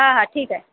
हा हा ठीक आहे